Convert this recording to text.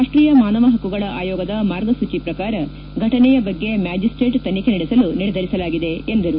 ರಾಷ್ಲೀಯ ಮಾನವ ಪಕ್ಕುಗಳ ಆಯೋಗದ ಮಾರ್ಗಸೂಚಿ ಪ್ರಕಾರ ಘಟನೆಯ ಬಗ್ಗೆ ಮ್ಯಾಜಿಸ್ಲೇಟ್ ತನಿಖೆ ನಡೆಸಲು ನಿರ್ಧರಿಸಲಾಗಿದೆ ಎಂದರು